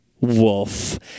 Wolf